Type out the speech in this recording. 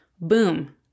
Boom